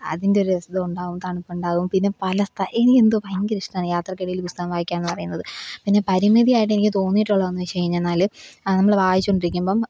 അതിൻ്റെ ഒരു രസം ഉണ്ടാവും തണുപ്പുണ്ടാവും പിന്നെ പല ഇനി എന്തുവാണ് ഭയങ്കര ഇഷ്ടമാണ് യാത്രക്കിടയിൽ പുസ്തകം വായിക്കുക എന്ന് പറയുന്നത് പിന്നെ പരിമിതിയായിട്ട് എനിക്ക് തോന്നിയിട്ടുള്ളതെന്ന് വച്ച് കഴിഞ്ഞു എന്നാൽ നമ്മൾ വായിച്ചു കൊണ്ടിരിക്കുമ്പം